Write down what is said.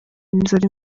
inzara